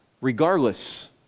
regardless